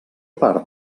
part